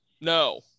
No